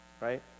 right